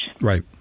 Right